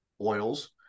oils